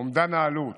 אומדן העלות